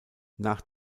nach